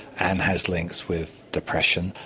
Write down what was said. and has links with depression,